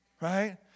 Right